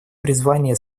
признания